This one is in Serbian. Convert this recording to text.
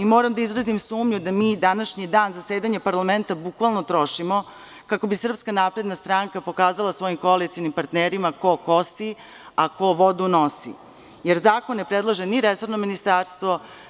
Moram da izrazim sumnju da mi današnji dan zasedanja parlamenta bukvalno trošimo kako bi SNS pokazala svojim koalicionim partnerima ko kosi, a ko vodu nosi, jer zakon ne predlaže ni resorno ministarstvo.